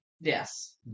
Yes